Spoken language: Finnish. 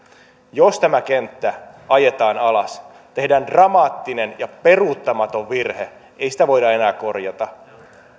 jos tämä kenttä ajetaan alas tehdään dramaattinen ja peruuttamaton virhe ei sitä voida enää korjata